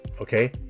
Okay